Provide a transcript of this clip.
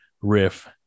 riff